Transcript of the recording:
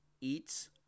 Eats